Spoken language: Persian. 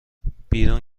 بیرون